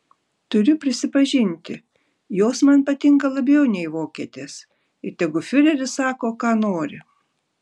turiu prisipažinti jos man patinka labiau nei vokietės ir tegu fiureris sako ką nori